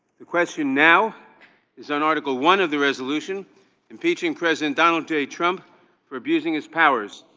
the question now is on article one of the resolution impeaching president donald j trump for abusing his powers.